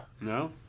No